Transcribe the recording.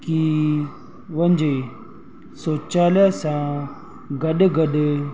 कई वञिजे शौचालय सां गॾु गॾु